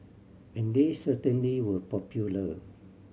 and they certainly were popular